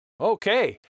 okay